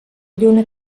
lluna